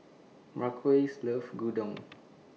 Marquise loves Gyudon